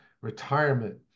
retirement